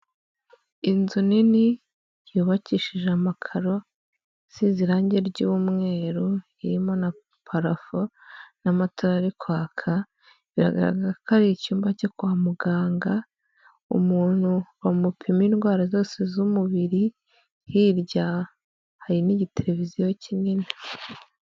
Inzu nini yubakishije amakaro isize irangi ry'umweru irimo na parafo n'amatara ari kwaka, biragaragara ko ari icyumba cyo kwa muganga, umuntu bamupima indwara zose z'umubiri, hirya hari n'igiteleviziyo kinini.